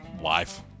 life